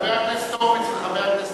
חבר הכנסת הורוביץ וחבר הכנסת